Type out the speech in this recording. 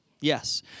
Yes